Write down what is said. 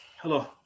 Hello